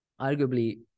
arguably